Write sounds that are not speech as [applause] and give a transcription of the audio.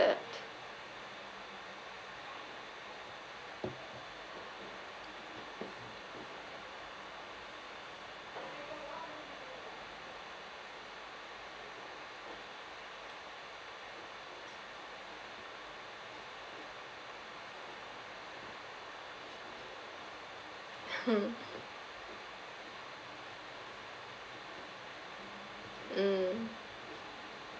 [noise] mm